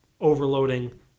overloading